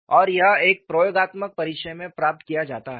और यह एक प्रयोगात्मक परिदृश्य में प्राप्त किया जाता है